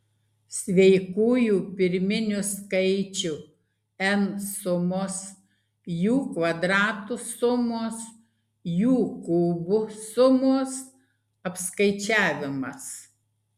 sveikųjų pirminių skaičių n sumos jų kvadratų sumos jų kubų sumos apskaičiavimas